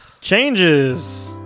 *Changes*